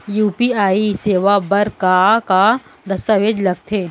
UPI सेवा बर का का दस्तावेज लागही?